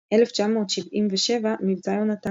1977 – מבצע יונתן